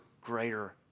greater